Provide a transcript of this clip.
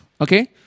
okay